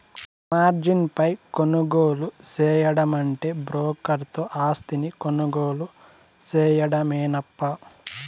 margin పై కొనుగోలు సేయడమంటే బ్రోకర్ తో ఆస్తిని కొనుగోలు సేయడమేనప్పా